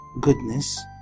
goodness